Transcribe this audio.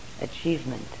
achievement